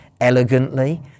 elegantly